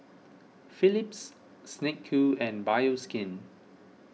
Phillips Snek Ku and Bioskin